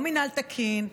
לא מינהל תקין,